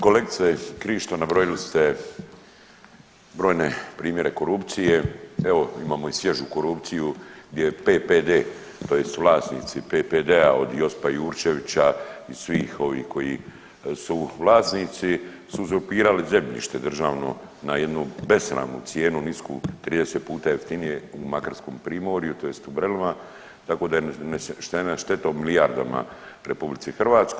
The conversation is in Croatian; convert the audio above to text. Kolegice Krišto, nabrojili ste brojne primjere korupcije, evo imamo i svježu korupciju gdje je PPD tj. vlasnici PPD-a od Josipa Jurčevića i svih ovih koji su vlasnici su uzurpirali zemljište državno na jednu besramnu cijenu nisku 30 puta jeftinije u Makarskom primorju tj. u Brelima tako da je nanesena šteta u milijardama RH.